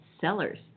sellers